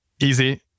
easy